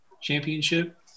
Championship